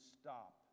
stop